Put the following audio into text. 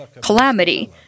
calamity